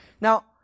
Now